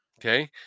okay